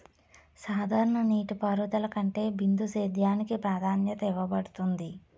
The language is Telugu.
సాధారణ నీటిపారుదల కంటే బిందు సేద్యానికి ప్రాధాన్యత ఇవ్వబడుతుంది